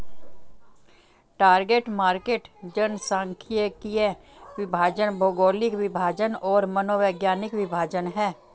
target market जनसांख्यिकीय विभाजन, भौगोलिक विभाजन और मनोवैज्ञानिक विभाजन हैं